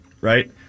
right